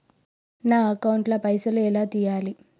నా అకౌంట్ ల పైసల్ ఎలా తీయాలి?